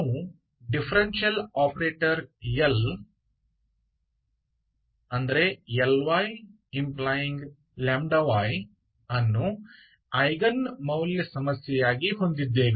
ನಾವು differential operator L Lyλy ಅನ್ನು eigen ಮೌಲ್ಯ ಸಮಸ್ಯೆಯಾಗಿ ಹೊಂದಿದ್ದೇವೆ